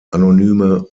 anonyme